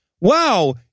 wow